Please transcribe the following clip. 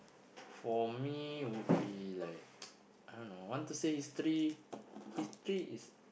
for me would be like I don't know want to say history history is